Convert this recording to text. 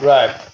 Right